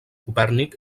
copèrnic